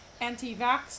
anti-vax